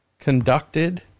Conducted